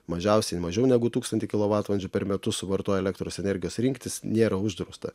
mažiausiai mažiau negu tūkstantį kilovatvalandžių per metus suvartoji elektros energijos rinktis nėra uždrausta